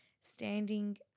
standing